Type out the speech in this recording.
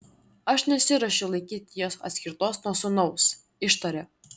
aš nesiruošiu laikyti jos atskirtos nuo sūnaus ištaria